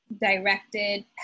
directed